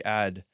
add